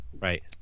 Right